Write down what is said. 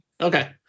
Okay